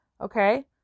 Okay